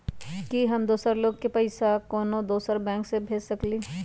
कि हम दोसर लोग के पइसा कोनो दोसर बैंक से भेज सकली ह?